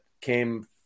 came